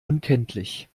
unkenntlich